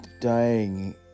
dying